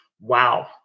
wow